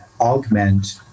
augment